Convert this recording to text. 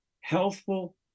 healthful